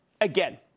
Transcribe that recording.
Again